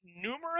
numerous